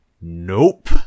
Nope